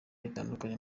bitandukanye